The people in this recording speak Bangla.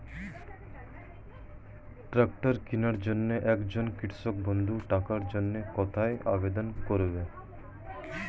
ট্রাকটার কিনার জন্য একজন কৃষক বন্ধু টাকার জন্য কোথায় আবেদন করবে?